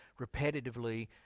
repetitively